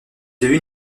devenu